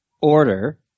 order